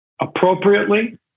appropriately